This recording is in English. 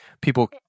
people